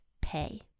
pay